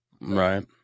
right